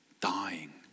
dying